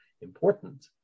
important